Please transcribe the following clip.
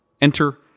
Enter